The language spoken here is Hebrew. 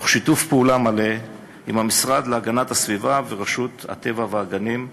תוך שיתוף פעולה מלא עם המשרד להגנת הסביבה ועם רשות הטבע והגנים,